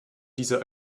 dieser